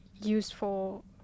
useful